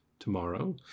tomorrow